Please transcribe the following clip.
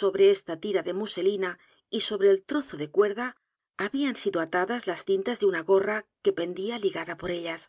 sobre esta tira de muselina y sobre el tr zo de cuerda habían sido atadae las cintas de una gorra que pendía ligada por ellas